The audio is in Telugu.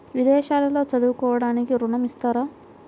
విదేశాల్లో చదువుకోవడానికి ఋణం ఇస్తారా?